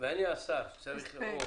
ואני צריך לבחור,